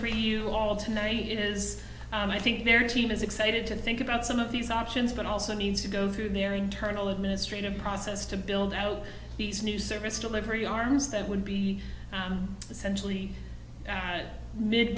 for you all tonight is i think their team is excited to think about some of these options but also needs to go through their internal administrative process to build out these new service delivery arms that would be essentially